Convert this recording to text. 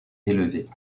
élevée